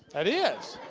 it is.